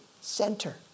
center